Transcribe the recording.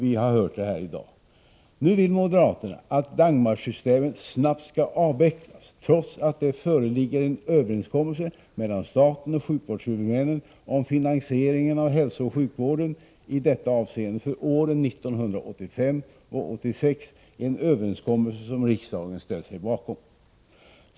Vi har hört det här i dag, nu vill moderaterna att ”Dagmarsystemet” snabbt skall avvecklas, trots att det föreligger en överenskommelse mellan staten och sjukvårdshuvudmännen om finansieringen av hälsooch sjukvården i detta avseende för åren 1985 och 1986, en överenskommelse som riksdagen ställt sig bakom.